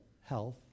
health